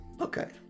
Okay